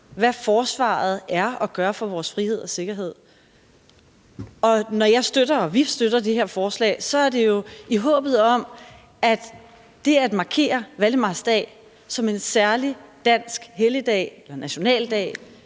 hvad forsvaret er og gør for vores frihed og sikkerhed. Når jeg støtter og vi støtter det her forslag, er det jo i håbet om, at det at markere valdemarsdag som en særlig dansk helligdag eller nationaldag